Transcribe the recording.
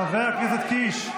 חבר הכנסת קיש.